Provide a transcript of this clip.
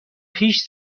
پیش